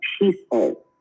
peaceful